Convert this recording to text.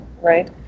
right